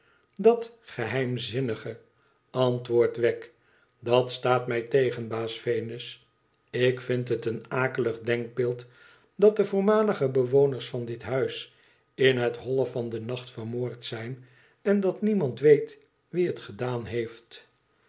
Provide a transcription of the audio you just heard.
dat geheimzinnige antwoordt wegg dat staat mij tegen baas venus ik vind het een akelig denkbeeld dat de voormalige bewoners van dit huis in het holle van den nacht vermoord zijn en dat niemand weet wie het gedaan heeft